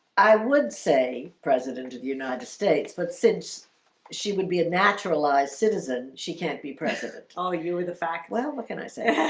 i would say president of the united states. but since she would be a naturalized citizen she can't be president. oh, you were the fact. well, what can i say?